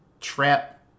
trap